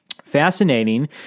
Fascinating